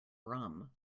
rum